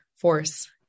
force